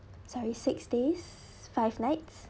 sorry six days five nights